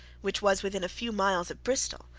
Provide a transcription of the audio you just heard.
which was within a few miles of bristol,